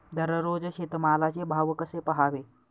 दररोज शेतमालाचे भाव कसे पहावे?